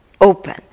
open